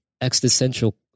existential